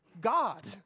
God